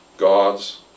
God's